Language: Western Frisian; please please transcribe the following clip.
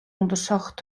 ûndersocht